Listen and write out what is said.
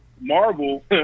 Marvel